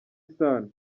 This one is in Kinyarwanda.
isano